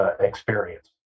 experience